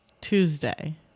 Tuesday